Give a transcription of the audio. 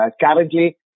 currently